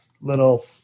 little